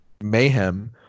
mayhem